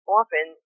often